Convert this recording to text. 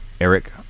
Eric